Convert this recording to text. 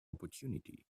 opportunity